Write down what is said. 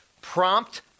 prompt